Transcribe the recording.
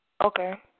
Okay